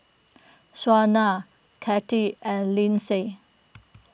Shaunna Cathie and Lyndsay